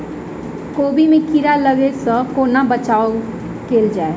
कोबी मे कीड़ा लागै सअ कोना बचाऊ कैल जाएँ?